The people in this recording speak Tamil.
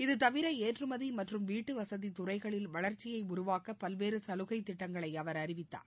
இதுதவிர ஏற்றுமதி மற்றும் வீட்டு வசதித் துறைகளில் வளர்ச்சியை உருவாக்க பல்வேறு சலுகைத் திட்டங்களை அவர் அறிவித்தார்